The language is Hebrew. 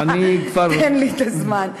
תן לי את הזמן.